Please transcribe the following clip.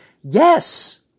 yes